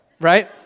right